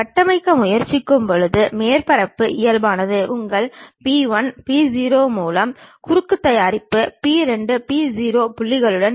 A என்ற ஒரே ஒரு முன் பக்க தோற்றத்தை மட்டுமே பார்க்க முடியும்